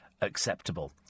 acceptable